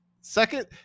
second